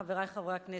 חברי חברי הכנסת,